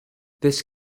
this